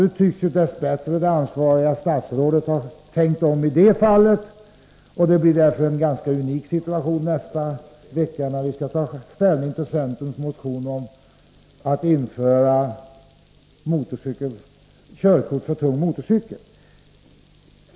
Nu tycks dess bättre det ansvariga statsrådet ha tänkt om i det fallet, och det blir därför en ganska unik situation nästa vecka, när vi skall ta ställning till centerns motion om införande av körkort för tung motorcykel.